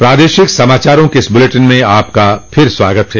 प्रादेशिक समाचारों के इस बुलेटिन में आपका फिर से स्वागत है